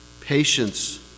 patience